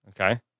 Okay